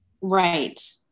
Right